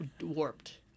warped